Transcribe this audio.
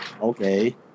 okay